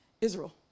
Israel